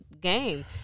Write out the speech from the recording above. game